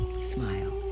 smile